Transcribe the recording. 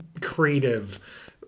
creative